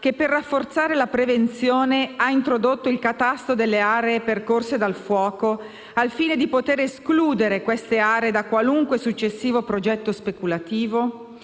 che, per rafforzare la prevenzione, ha introdotto il catasto delle aree percorse dal fuoco, al fine di poter escludere queste aree da qualunque successivo progetto speculativo?